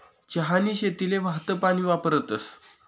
चहानी शेतीले वाहतं पानी वापरतस